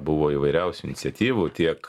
buvo įvairiausių iniciatyvų tiek